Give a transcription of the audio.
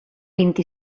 vint